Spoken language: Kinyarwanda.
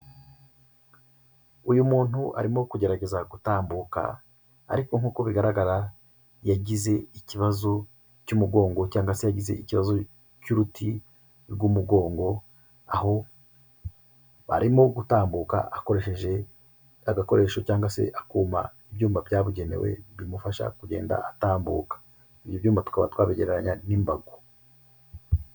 Uyu muntu arimo kugerageza gutambuka, ariko nk'uko bigaragara yagize ikibazo cy'umugongo cyangwa se yagize ikibazo cy'uruti rw'umugongo, aho arimo gutambuka akoresheje agakoresho cyangwa se akuma, ibyuma byabugenewe bimufasha kugenda atambuka, ibi byuma tukaba twabigereranya n'imbago.